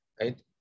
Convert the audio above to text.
right